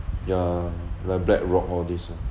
yeah like blackrock all these ah